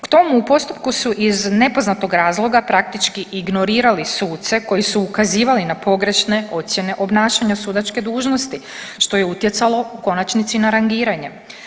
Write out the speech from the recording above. K tomu u postupku su iz nepoznatog razloga praktički ignorirali suce koji su ukazivali na pogrešne ocjene obnašanja sudačke dužnosti što je utjecalo u konačnici na rangiranje.